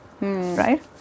Right